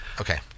Okay